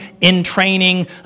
in-training